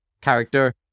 character